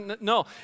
No